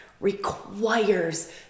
requires